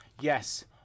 yes